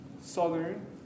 Southern